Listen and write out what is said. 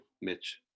Mitch